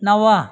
नव